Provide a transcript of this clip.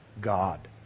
God